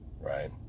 Right